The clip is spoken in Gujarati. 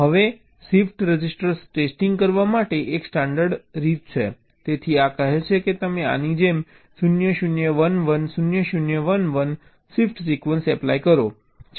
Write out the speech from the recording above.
હવે શિફ્ટ રજિસ્ટર્સનું ટેસ્ટિંગ કરવા માટે એક સ્ટાન્ડર્ડ રીત છે તેથી આ કહે છે કે તમે આની જેમ 0 0 1 1 0 0 1 1 શિફ્ટ સિક્વન્સ એપ્લાય કરો